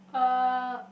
uh